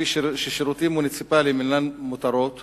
כפי ששירות מוניציפליים אינם מותרות